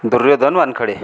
Duryodhan Wankhale